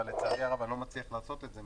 לצערי הרב אני לא מצליח לעשות את זה,